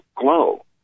glow